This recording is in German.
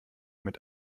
mit